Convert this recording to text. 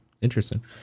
interesting